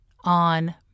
on